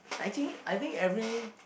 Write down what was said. I think I think every